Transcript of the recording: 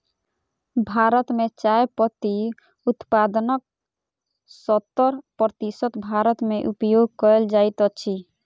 भारत मे चाय पत्ती उत्पादनक सत्तर प्रतिशत भारत मे उपयोग कयल जाइत अछि